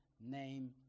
name